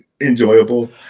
enjoyable